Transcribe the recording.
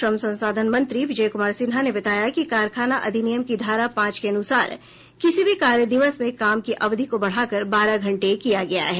श्रम संसाधन मंत्री विजय कुमार सिन्हा ने बताया कि कारखाना अधिनियम की धारा पांच के अनुसार किसी भी कार्यदिवस में काम की अवधि को बढ़ाकर बारह घंटे किया गया है